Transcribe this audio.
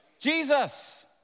Jesus